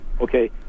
Okay